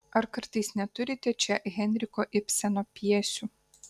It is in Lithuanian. ar kartais neturite čia henriko ibseno pjesių